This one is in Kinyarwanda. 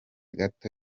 gato